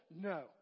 No